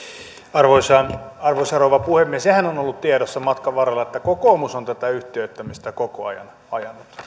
arvoisa arvoisa rouva puhemies sehän on ollut tiedossa matkan varrella että kokoomus on tätä yhtiöittämistä koko ajan ajanut